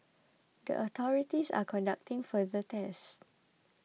the authorities are conducting further tests